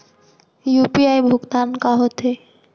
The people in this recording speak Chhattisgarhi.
यू.पी.आई भुगतान का होथे?